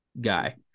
guy